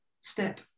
step